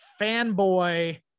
fanboy